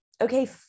Okay